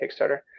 Kickstarter